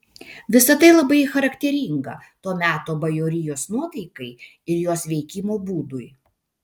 visa tai labai charakteringa to meto bajorijos nuotaikai ir jos veikimo būdui